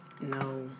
No